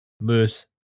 Moose